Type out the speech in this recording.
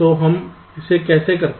तो हम इसे कैसे करते हैं